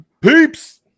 Peeps